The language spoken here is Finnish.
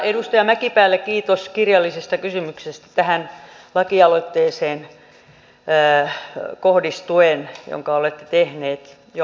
edustaja mäkipäälle kiitos kirjallisesta kysymyksestä tähän lakialoitteeseen kohdistuen jonka olette tehnyt jo aiemmin